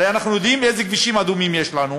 הרי אנחנו יודעים איזה כבישים אדומים יש לנו,